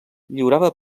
lliurava